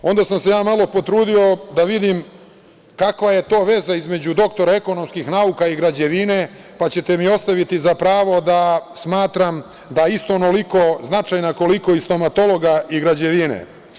Onda sam se ja malo potrudio da vidim kakva je to veza između doktora ekonomskih nauka i građevine, pa ćete mi ostaviti za pravo da smatram da isto onoliko značajna koliko i stomatologa i građevine.